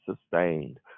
sustained